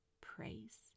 praise